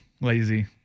lazy